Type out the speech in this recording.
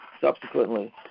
subsequently